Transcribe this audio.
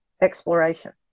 exploration